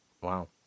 wow